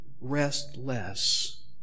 restless